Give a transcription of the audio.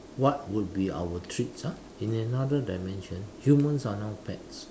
what would be our treats !huh! in another dimension humans are now pets